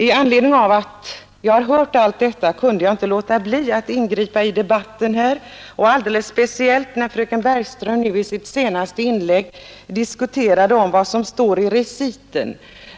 I anledning av detta kunde jag inte låta bli att ingripa i debatten, alldeles speciellt när fröken Bergström i sitt senaste inlägg diskuterade vad som står i reciten.